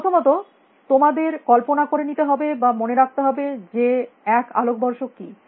প্রথমত তোমাদের কল্পনা করে নিতে হবে বা মনে রাখতে হবে যে এক আলোকবর্ষ কী